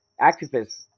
Activists